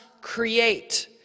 create